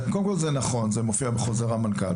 קודם כל, זה נכון, זה מופיע בחוזר המנכ"ל.